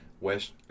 West